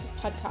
podcast